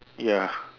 ya